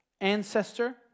ancestor